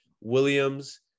williams